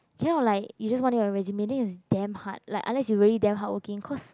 cannot like you just want to do it for resume then it's damn hard like unless you really damn hard working cause